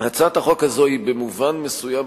הצעת החוק הזאת היא במובן מסוים,